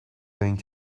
going